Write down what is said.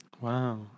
Wow